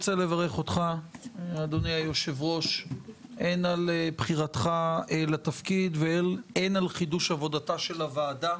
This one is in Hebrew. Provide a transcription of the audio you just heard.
אני רוצה לברך אותך הן על בחירתך לתפקיד והן על חידוש עבודתה של הוועדה.